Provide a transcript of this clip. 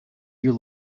you